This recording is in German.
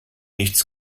nichts